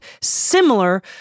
similar